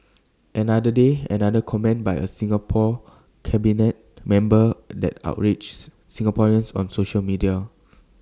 another day another comment by A Singapore cabinet member that outrages Singaporeans on social media